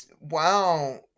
wow